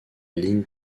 ligne